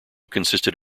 consisted